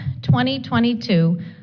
2022